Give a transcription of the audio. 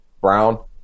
Brown